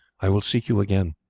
i will seek you again.